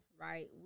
right